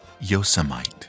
Yosemite